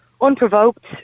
Unprovoked